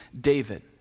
David